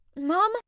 Mom